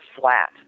flat